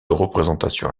représentations